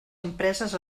empreses